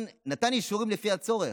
הוא נתן אישורים לפי הצורך.